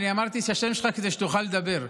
אני אמרתי את השם שלך כדי שתוכל לדבר.